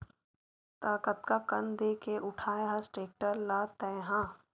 त कतका कन देके उठाय हस टेक्टर ल तैय हा?